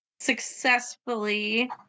successfully